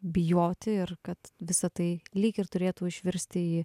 bijoti ir kad visa tai lyg ir turėtų išvirsti į